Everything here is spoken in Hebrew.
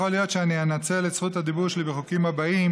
יכול להיות שאני אנצל את זכות הדיבור שלי בחוקים הבאים